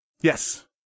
Yes